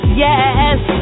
yes